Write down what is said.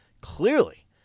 Clearly